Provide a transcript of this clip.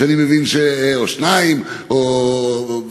או 2 וכו'.